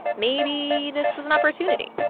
maybe this was an opportunity